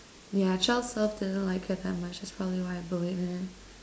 yeah child self didn't like her that much is probably why I believe in it